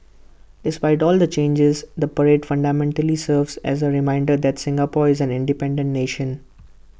despite all the changes the parade fundamentally serves as A reminder that Singapore is an independent nation